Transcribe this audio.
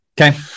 Okay